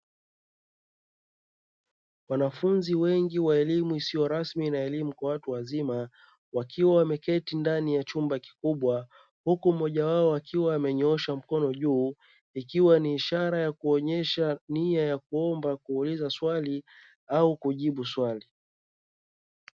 Wanafunzi wengi wa elimu isiyo rasmi na elimu kwa watu wazima, wakiwa wameketi ndani ya chumba kikubwa, huku mmoja wao akiwa amenyoosha mkono juu, ikiwa ni ishara ya kuonyesha nia ya kuomba kuuliza swali au kujibu swali.